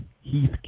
Heath